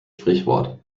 sprichwort